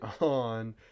on